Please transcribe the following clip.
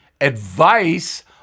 advice